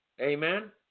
amen